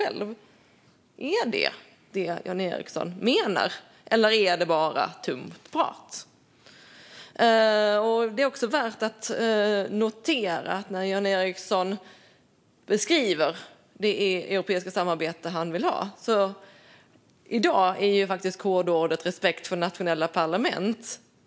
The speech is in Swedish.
Är det detta Jan Ericson menar, eller är det bara tomt prat? När Jan Ericson beskriver det europeiska samarbete han vill ha är nyckelorden respekt för nationella parlament.